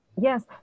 Yes